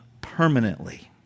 permanently